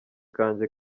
kanjye